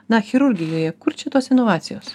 na chirurgijoje kur čia tos inovacijos